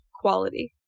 quality